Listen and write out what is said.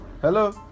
Hello